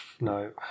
No